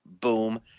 boom